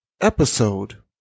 episode